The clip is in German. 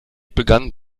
begann